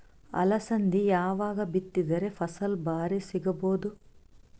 ಅಲಸಂದಿ ಯಾವಾಗ ಬಿತ್ತಿದರ ಫಸಲ ಭಾರಿ ಸಿಗಭೂದು?